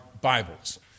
bibles